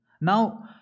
Now